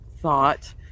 thought